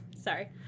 sorry